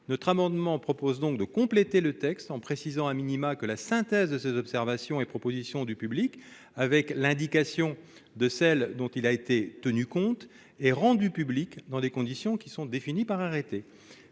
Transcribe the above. Notre amendement vise à compléter le texte en précisant que la synthèse des observations et propositions du public, avec l'indication de celles dont il a été tenu compte, est rendue publique dans des conditions définies par arrêté.